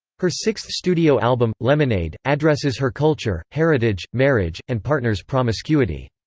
her sixth studio album, lemonade, addresses her culture, heritage, marriage, and partner's promiscuity.